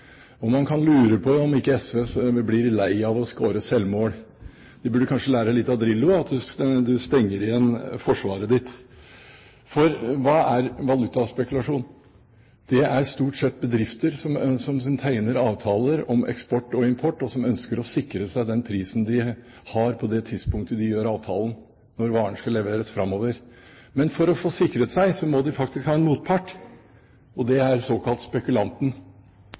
Man kan lure på om ikke SV blir lei av å score selvmål. De burde kanskje lære litt av Drillo – at du stenger igjen forsvaret ditt. For hva er valutaspekulasjon? Det er stort sett bedrifter som tegner avtaler om eksport og import, og som ønsker å sikre seg den prisen de har på det tidspunktet de gjør avtalen, når varene skal leveres framover. Men for å få sikret seg, må de faktisk ha en motpart, og det er den såkalte spekulanten.